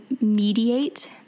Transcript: mediate